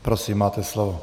Prosím, máte slovo.